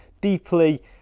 deeply